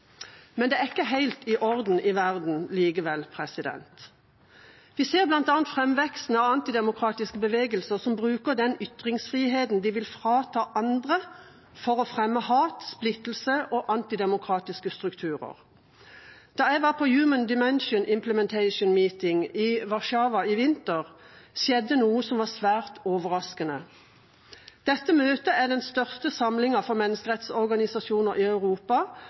Men det er ikke helt i orden i verden likevel. Vi ser bl.a. framveksten av antidemokratiske bevegelser som bruker den ytringsfriheten de vil frata andre, til å fremme hat, splittelse og antidemokratiske strukturer. Da jeg var på Human Dimension Implementation Meeting i Warszawa i vinter, skjedde noe som var svært overraskende. Dette møtet er den største samlingen for menneskerettsorganisasjoner i Europa,